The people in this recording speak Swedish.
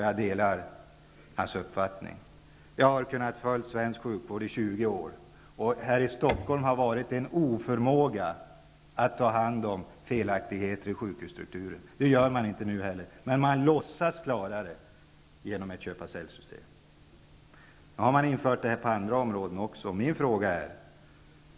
Jag delar hans uppfattning. Jag har följt svensk sjukvård i 20 år. Här i Stockholm har man haft en oförmåga att ta hand om felaktigheter i sjukhusstrukturen. Det gör man inte nu heller. Men man låtsas klara det med hjälp av ett köpa--sälj-system. Nu har det systemet införts på andra områden också.